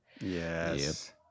Yes